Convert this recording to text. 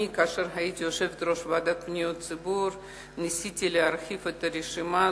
כאשר הייתי יושבת-ראש הוועדה לפניות הציבור ניסיתי להרחיב את הרשימה.